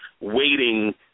waiting